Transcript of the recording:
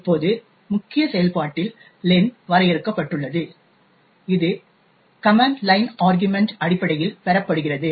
இப்போது முக்கிய செயல்பாட்டில் len வரையறுக்கப்பட்டுள்ளது இது கமன்ட் லைன் ஆர்க்யுமன்ட்லிருந்து அடிப்படையில் பெறப்படுகிறது